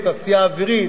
בתעשייה האווירית,